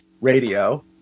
radio